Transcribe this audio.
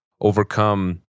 overcome